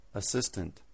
assistant